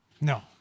No